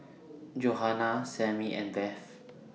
Johana Sammy and Beth